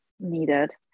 needed